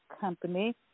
Company